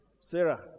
Sarah